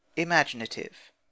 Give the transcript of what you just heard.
imaginative